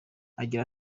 agira